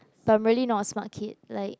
primarily not a smart kid like